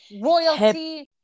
royalty